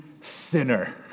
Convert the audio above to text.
sinner